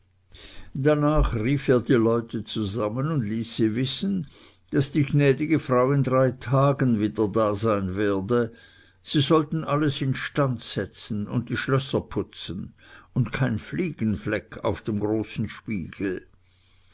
danach rief er die leute zusammen und ließ sie wissen daß die gnädige frau in drei tagen wieder dasein werde sie sollten alles instand setzen und die schlösser putzen und kein fliegenfleck auf dem großen spiegel